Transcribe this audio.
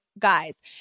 guys